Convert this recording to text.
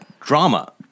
drama